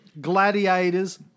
gladiators